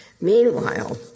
Meanwhile